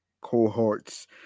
cohorts